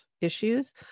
issues